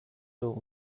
all